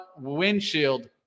windshield